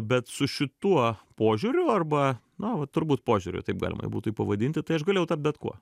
bet su šituo požiūriu arba na va turbūt požiūriu taip galima būtų jį pavadinti tai aš galėjau tapt bet kuo